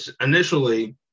initially